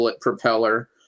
propeller